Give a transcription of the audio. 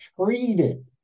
treated